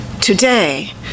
today